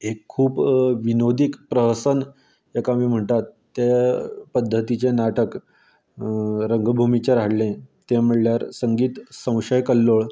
एक खूब विनोदी प्रवासान तेका आमी म्हणटात तें पद्दतीचें नाटक रंगभुमीचेर हाडलें तें म्हळ्यार संगीत संशयकल्लोळ